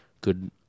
good